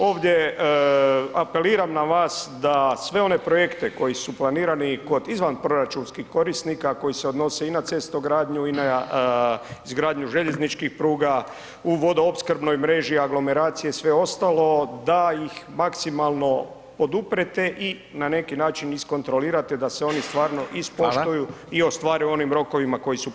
Ovdje apeliram na vas da sve one projekte koji su planirani kod izvaproračunskih korisnika koji se odnose i na cestogradnju i na izgradnju željezničkih pruga, u vodoopskrbnoj mreži, aglomeracije i sve ostalo da ih maksimalno poduprete i na neki način iskontrolirate da se oni stvarno ispoštuju i ostvare u onim rokovima koji su predviđeni.